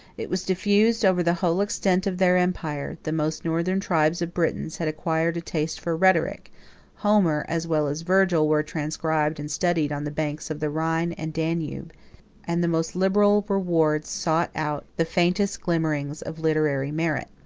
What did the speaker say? it was diffused over the whole extent of their empire the most northern tribes of britons had acquired a taste for rhetoric homer as well as virgil were transcribed and studied on the banks of the rhine and danube and the most liberal rewards sought out the faintest glimmerings of literary merit.